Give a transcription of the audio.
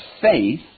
faith